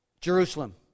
Jerusalem